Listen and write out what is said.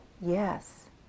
yes